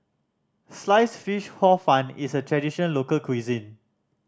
slice fish Hor Fun is a traditional local cuisine